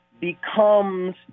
becomes